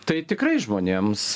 tai tikrai žmonėms